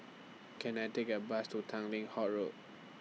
Can I Take A Bus to Tanglin Halt Road